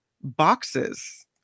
boxes